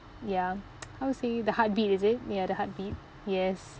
ya how to say the heartbeat is it ya the heartbeat yes